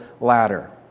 ladder